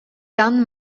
dann